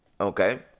Okay